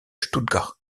stuttgart